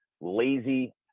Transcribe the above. lazy